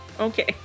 Okay